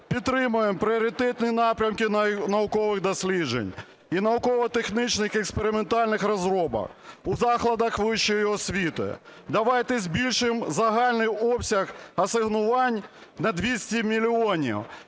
підтримаємо пріоритетні напрямки наукових досліджень і науково-технічних експериментальних розробок у закладах вищої освіти. Давайте збільшимо загальний обсяг асигнувань на 200 мільйонів.